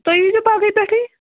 تُہۍ ییٖزیٚو پگہٕے پٮ۪ٹھٕے